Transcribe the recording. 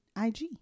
ig